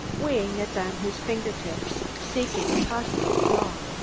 weighing it on his finger-tips, seeking a possible flaw.